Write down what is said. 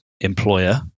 employer